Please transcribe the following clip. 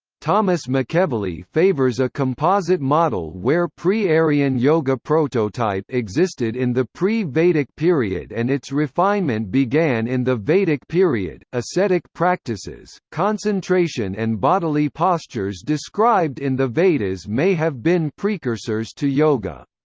thomas mcevilley favors a composite model where pre-aryan yoga prototype existed in the pre-vedic period and its refinement began in the vedic period ascetic practices, concentration and bodily postures described in the vedas may have been precursors to yoga.